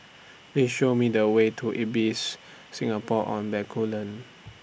Please Show Me The Way to Ibis Singapore on Bencoolen